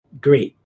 great